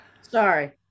Sorry